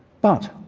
but,